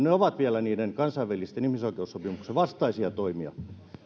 ne ovat niiden kansainvälisten ihmisoikeussopimuksien vastaisia toimia